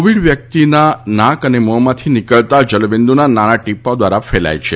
Covid વ્યક્તિના નાક અને મોંમાંથી નીકળતા જલબિન્દુના નાના ટીપાં દ્વારા ફેલાય છે